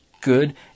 good